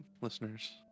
listeners